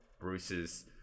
bruce's